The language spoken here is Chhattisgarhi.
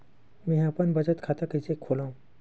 मेंहा अपन बचत खाता कइसे खोलव?